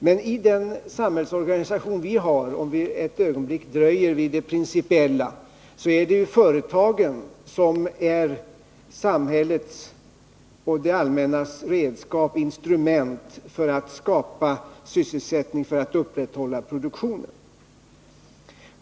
Men i den samhällsorganisation vi har — om vi nu ett ögonblick dröjer vid det principiella — är det ju företagen som är samhällets och det allmännas redskap, instrument för att upprätthålla produktionen och skapa sysselsättning.